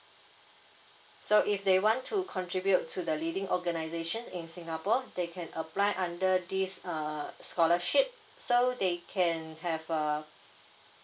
so if they want to contribute to the leading organisation in singapore they can apply under this err scholarship so they can have a